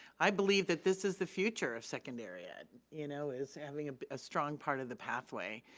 i believe that this is the future of secondary ed. you know, is having a strong part of the pathway,